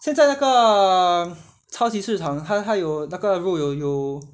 现在那个超级市场它有那个肉有有